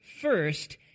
first